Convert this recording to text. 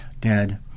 dead